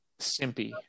simpy